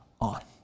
on